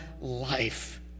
life